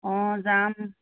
অঁ যাম